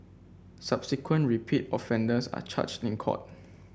subsequent repeat offenders are charged in court